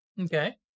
Okay